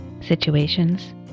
situations